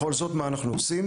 בכל זאת, מה אנחנו עושים?